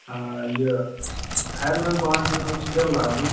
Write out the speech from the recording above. آ یہِ پھٮ۪رنَن پانٛژَن حظ اوس تِلہٕ لاگُن